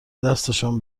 دستشان